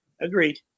Agreed